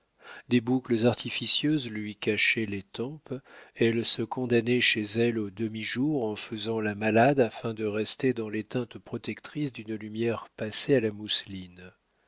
des boucles artificieuses lui cachaient les tempes elle se condamnait chez elle au demi-jour en faisant la malade afin de rester dans les teintes protectrices d'une lumière passée à la mousseline